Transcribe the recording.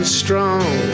strong